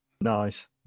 nice